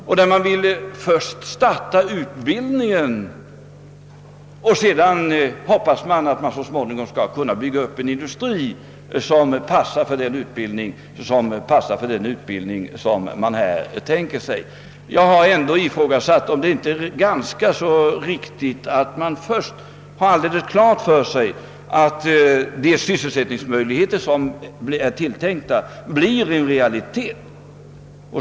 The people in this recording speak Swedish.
Där vill man först starta utbildningen, och sedan hoppas man att man så småningom skall kunna bygga upp en industri som passar för den utbildning som man här tänkt sig. Jag har ifrågasatt om det inte är riktigt att man först har alldeles klart för sig att de sysselsättningsmöjligheter som är tilltänkta blir en realitet.